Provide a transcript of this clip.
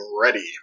ready